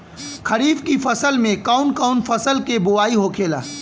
खरीफ की फसल में कौन कौन फसल के बोवाई होखेला?